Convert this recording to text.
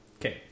Okay